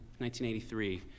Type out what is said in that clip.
1983